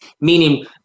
Meaning